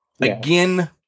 Again